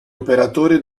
operatore